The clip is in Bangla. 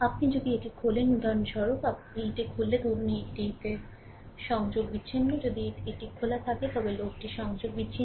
আপনি যদি এটি খোলেন উদাহরণস্বরূপ আপনি এটি খুললে ধরুন এটি সংযোগ বিচ্ছিন্ন যদি এটি এটি খোলা থাকে তবে লোডটি সংযোগ বিচ্ছিন্ন